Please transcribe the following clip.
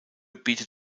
bietet